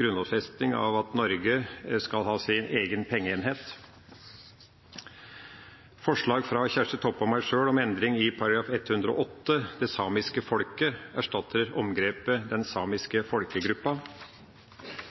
grunnlovfesting av at Norge skal ha sin egen pengeenhet. Det gjelder grunnlovsforslag fra representanten Kjersti Toppe og meg sjøl om endring i § 108, «det samiske folket» erstatter begrepet «den samiske folkegruppa».